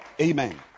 Amen